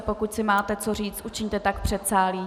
Pokud si máte co říct, učiňte tak v předsálí.